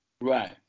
Right